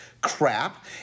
crap